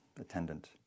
attendant